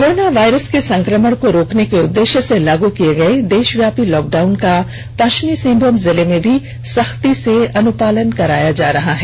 corona virus के संकमण को रोकने के उद्देष्य से लागू किये गये देषव्यापी लॉकडाउन का पष्चिमी सिंहभूम जिले में भी सख्ती से अनुपालन कराया जा रहा है